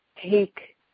take